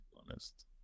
honest